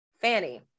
fanny